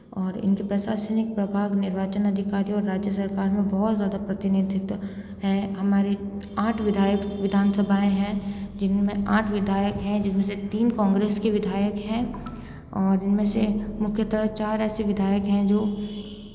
और इनके प्रशासनिक प्रभाग निर्वाचन अधिकारी और राज्य सरकार में बहुत ज़्यादा प्रतिनिधित्व है हमारी आठ विधायक विधानसभाएं हैं जिनमें आठ विधायक हैं जिनमें से तीन काँग्रेस के विधायक हैं और इनमें से मुख्यत चार ऐसे विधायक हैं जो